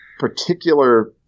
particular